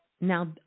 Now